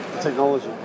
Technology